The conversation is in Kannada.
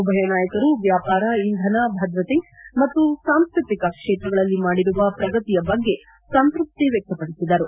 ಉಭಯ ನಾಯಕರು ವ್ಯಾಪಾರ ಇಂಧನ ಭದ್ರತೆ ಮತ್ತು ಸಾಂಸ್ಕ್ಗತಿಕ ಕ್ಷೇತ್ರಗಳಲ್ಲಿ ಮಾಡಿರುವ ಪ್ರಗತಿಯ ಬಗ್ಗೆ ಸಂತೃಪ್ತಿ ವ್ಯಕ್ತಪಡಿಸಿದರು